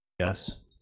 Yes